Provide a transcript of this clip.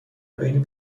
بین